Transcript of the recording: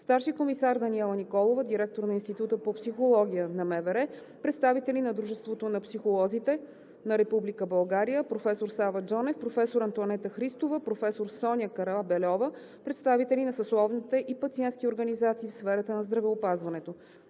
старши комисар Даниела Николова, директор на Института по психология – МВР; представители на Дружеството на психолозите в Република България – професор Сава Джонев, професор Антоанета Христова, професор Соня Карабельова; представители на съсловните и пациентските организации в сферата на здравеопазването.